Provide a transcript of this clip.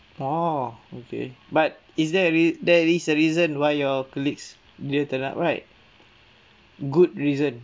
orh okay but is there a rea~ there is a reason why your colleagues didn't up right good reason